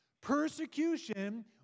Persecution